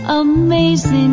amazing